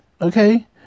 Okay